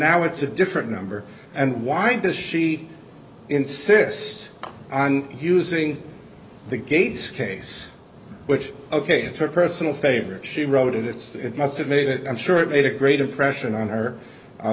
now it's a different number and why does she insist on using the gates case which ok it's her personal favorite she wrote it it's that it must have made it i'm sure it made a great impression on her